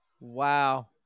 Wow